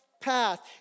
path